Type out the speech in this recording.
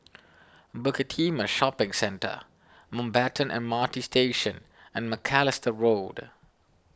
Bukit Timah Shopping Centre Mountbatten M R T Station and Macalister Road